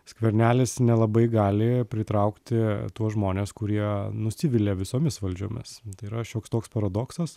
skvernelis nelabai gali pritraukti tuos žmones kurie nusivilia visomis valdžiomis yra šioks toks paradoksas